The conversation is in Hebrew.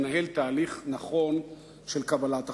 לנהל תהליך נכון של קבלת החלטות.